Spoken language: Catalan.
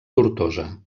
tortosa